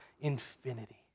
infinity